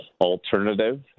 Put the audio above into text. alternative